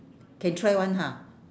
can try [one] ha